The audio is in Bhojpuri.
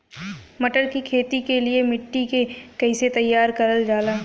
मटर की खेती के लिए मिट्टी के कैसे तैयार करल जाला?